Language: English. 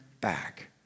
back